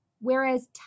whereas